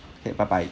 okay bye bye